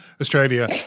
Australia